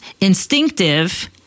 instinctive